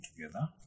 together